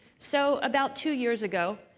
so about two years ago,